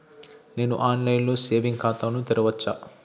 నేను online లో saving ఖాతా ను తెరవచ్చా?